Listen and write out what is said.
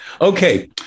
Okay